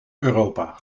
europa